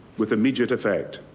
with immediate effect.